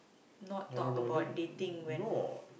not talk about dating when